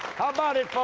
how about it, folks?